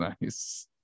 nice